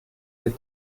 den